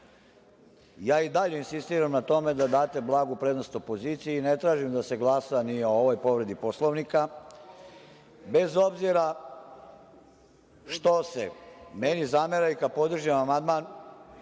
Ja i dalje insistiram na tome da date blagu prednost opoziciji i ne tražim da se glasa ni o ovoj povredi Poslovnika, bez obzira što se meni zamera i kad podržim amandman